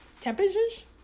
temperatures